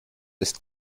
ist